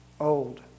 old